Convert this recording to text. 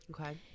Okay